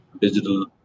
digital